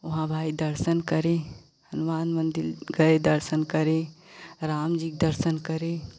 वहाँ भाई दर्शन करे हनुमान मन्दिर गए दर्शन करे राम जी क दर्शन करे